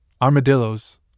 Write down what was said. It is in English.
armadillos